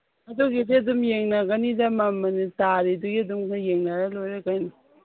ꯑꯗꯨꯒꯤꯗꯤ ꯑꯗꯨꯝ ꯌꯦꯡꯅꯒꯅꯤꯗ ꯃꯃꯟ ꯇꯥꯔꯤꯗꯨꯒꯤ ꯑꯗꯨꯝ ꯌꯦꯡꯅꯔ ꯂꯣꯏꯔꯦ ꯀꯩꯅꯣ